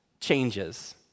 changes